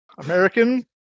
American